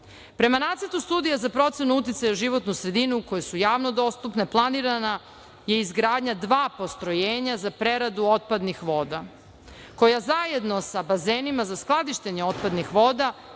neće. Prema Nacrtu studije za procenu uticaja na životnu sredinu, koje su javno dostupne, planirana je izgradnja dva postrojenja za preradu otpadnih voda, koja zajedno sa bazenima za skladištenje otpadnih voda